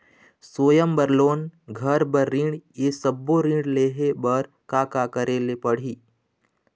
स्वयं बर लोन, घर बर ऋण, ये सब्बो ऋण लहे बर का का करे ले पड़ही?